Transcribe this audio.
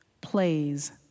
plays